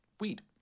weed